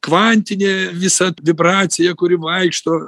kvantinė visa vibracija kuri vaikšto